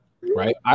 right